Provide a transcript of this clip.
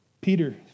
Peter